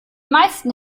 meisten